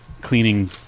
cleaning